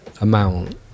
amount